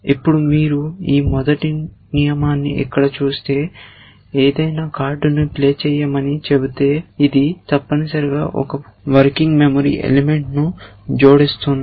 ఇప్పుడు మీరు ఈ మొదటి నియమాన్ని ఇక్కడ చూస్తే ఏదైనా కార్డును ప్లే చేయమని చెబితే ఇది తప్పనిసరిగా ఒక వర్కింగ్ మెమరీ ఎలిమెంట్ ని జోడిస్తోంది